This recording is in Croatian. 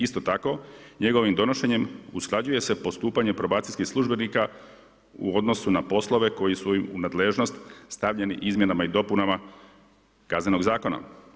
Isto tako, njegovim donošenjem, usklađuje se postupanje probacijskih službenika u odnosu na poslove koji su im u nadležnost stavljeni izmjenama i dopunama kaznenog zakona.